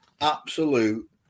Absolute